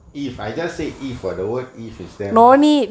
if I just say if what a word if is there